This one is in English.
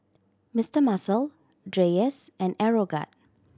Mister Muscle Dreyers and Aeroguard